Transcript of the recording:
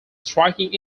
striking